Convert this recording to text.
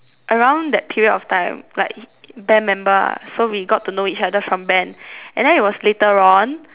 around that period of time like band member lah so we got to know each other from band and then it was later on